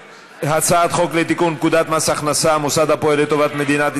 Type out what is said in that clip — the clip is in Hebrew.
הצעת חוק לתיקון פקודת מס הכנסה (מוסד הפועל לטובת מדינת ישראל),